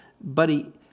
buddy